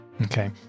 Okay